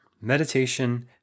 meditation